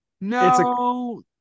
No